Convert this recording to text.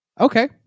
Okay